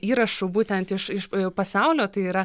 įrašų būtent iš iš pasaulio tai yra